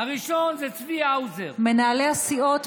מנהלי הסיעות,